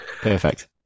Perfect